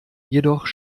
jedoch